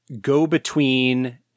go-between